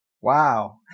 Wow